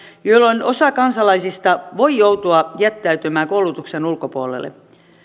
jolloin osa kansalaisista voi joutua jättäytymään koulutuksen ulkopuolelle